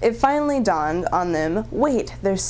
it finally dawned on them wait there's